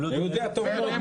זה לא נכון.